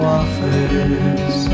offers